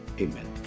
Amen